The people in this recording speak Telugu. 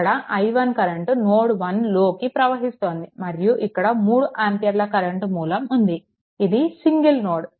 ఇక్కడ i1 కరెంట్ నోడ్1 లోకి ప్రవహిస్తోంది మరియు ఇక్కడ 3 ఆంపియర్ల కరెంట్ మూలం ఉంది ఇది సింగల్ నోడ్